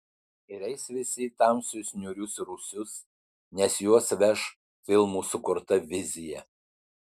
ir eis visi į tamsius niūrius rūsius nes juos veš filmų sukurta vizija